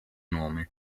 nome